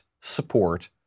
support